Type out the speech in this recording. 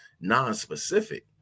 non-specific